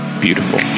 beautiful